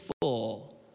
full